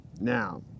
Now